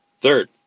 third